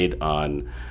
on